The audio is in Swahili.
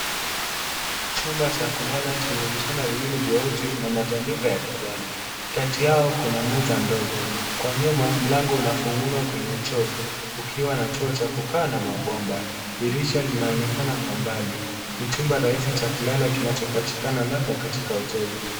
Chumba cha kulala chenye vitanda viwili vyeusi na matandiko ya kijani. Kati yao kuna meza ndogo, kwa nyuma mlango unafunguka kwenye choo ukiwa na chuo cha kukaa na mabomba. Dirisha linaonekana kwa mbali. Ni chumba rahisi cha kulala kinachopatikana labda katika hoteli.